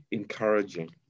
encouraging